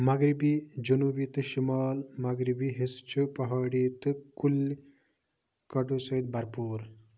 مغربی جنوٗبی تہٕ شمال مغربی حِصہٕ چھُ پہاڑی تہٕ کُلہِ کٔٹو سۭتۍ بھرپوٗر